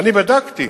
בדקתי,